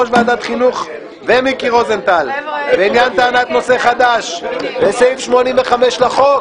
ועדת החינוך ומיקי רוזנטל לעניין טענת נושא חדש לסעיף 85 לחוק.